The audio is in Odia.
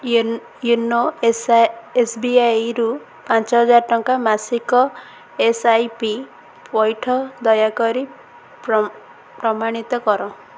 ୟୋ ୟୋନୋ ଏସଆ ଏସ୍ବିଆଇରୁ ପାଞ୍ଚହଜାର ଟଙ୍କାର ମାସିକ ଏସ୍ ଆଇ ପି ପଇଠ ଦୟାକରି ପ୍ର ପ୍ରମାଣିତ କର